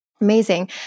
Amazing